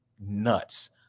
nuts